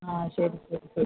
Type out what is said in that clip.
ആ ശരി ശരി ശരി